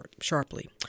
sharply